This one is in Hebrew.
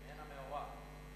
מעין המאורע.